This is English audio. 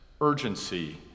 urgency